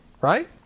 right